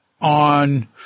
on